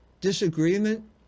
disagreement